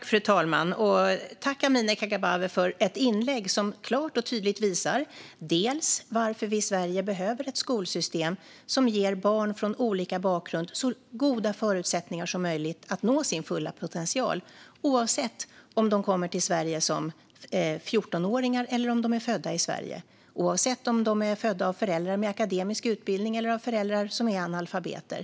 Fru talman! Tack, Amineh Kakabaveh, för ett inlägg som klart och tydligt visar varför vi i Sverige behöver ett skolsystem som ger barn från olika bakgrund så goda förutsättningar som möjligt att nå sin fulla potential. Det gäller oavsett om de kommer till Sverige som 14-åringar eller om de är födda i Sverige, och oavsett om de är födda av föräldrar med akademisk utbildning eller av föräldrar som är analfabeter.